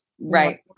Right